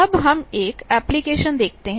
अब हम एक एप्लीकेशन देखते हैं